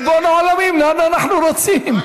ריבון העולמים, לאן אנחנו רוצים?